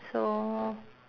so